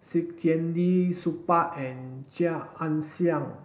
Saktiandi Supaat and Chia Ann Siang